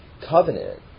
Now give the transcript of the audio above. covenant